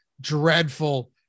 dreadful